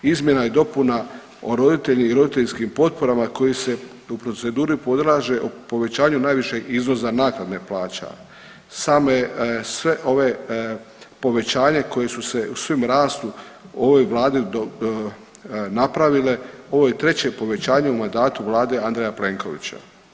Izmjena i dopuna o roditelju i roditeljskim potporama koji se u proceduri … u povećanju najvišeg iznosa naknade plaća samo je sve ovo povećanje koje su se u svim rastu u ovoj vladi napravile, ovo je treće povećanje u mandatu vlade Andreja Plenkovića.